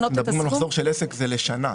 מחזור של עסק הוא לשנה.